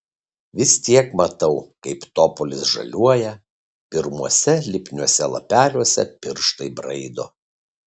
vis tiek matau kaip topolis žaliuoja pirmuose lipniuose lapeliuose pirštai braido